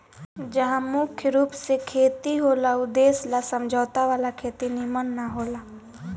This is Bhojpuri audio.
जहा मुख्य रूप से खेती होला ऊ देश ला समझौता वाला खेती निमन न होला